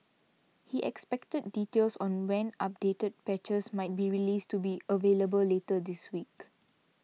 he expected details on when updated patches might be released to be available later this week